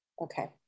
Okay